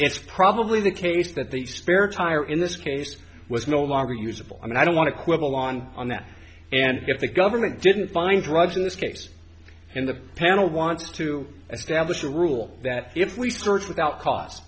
it's probably the case that the spare tire in this case was no longer usable and i don't want to quibble on on that and if the government didn't find drugs in this case in the panel wants to and stablish a rule that if we search without cost